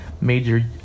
major